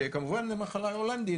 כמובן זאת המחלה ההולנדית,